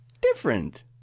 Different